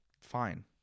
fine